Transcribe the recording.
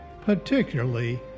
particularly